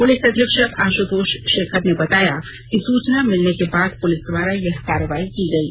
police अधीक्षक आशुतोष शेखर ने बताया कि सूचना मिलने के बाद पुलिस द्वारा यह कार्रवाई की गयी